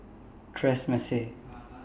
Tresemme